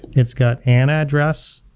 it's got an address,